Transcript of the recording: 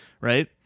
right